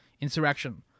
insurrection